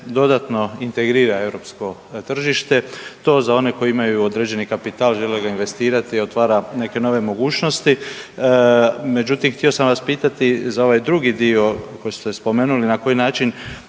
dodatno integrira europsko tržište. To za one koji imaju određeni kapital, žele ga investirati, otvara neke nove mogućnosti, međutim, htio sam vas pitati za ovaj drugi dio koji ste spomenuli, na koji način